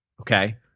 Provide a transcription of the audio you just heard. Okay